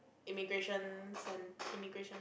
immigration centre~ immigration